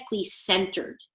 centered